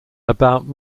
about